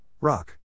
Rock